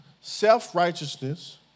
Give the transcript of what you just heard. Self-righteousness